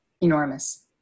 enormous